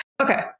okay